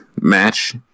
match